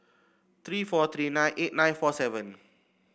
three four three nine eight nine four seven